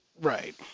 Right